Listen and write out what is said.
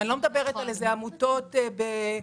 ואני לא מדברת על עמותות חריגות.